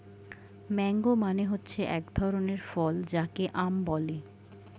mango মানে হচ্ছে এক ধরনের ফল যাকে আম বলে